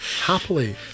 happily